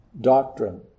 doctrine